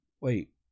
wait